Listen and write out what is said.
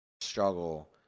struggle